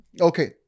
Okay